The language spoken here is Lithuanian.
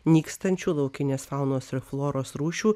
nykstančių laukinės faunos ir floros rūšių